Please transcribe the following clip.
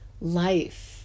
life